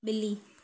ॿिली